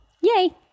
yay